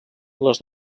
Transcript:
les